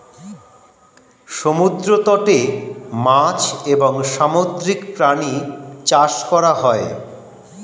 সমুদ্র তটে মাছ এবং সামুদ্রিক প্রাণী চাষ করা হয়